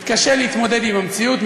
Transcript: מתקשה להתמודד עם המציאות,